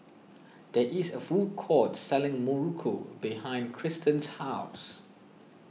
there is a food court selling Muruku behind Kristan's house